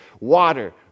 water